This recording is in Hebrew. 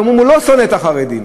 ואומרים: הוא לא שונא את החרדים,